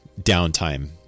downtime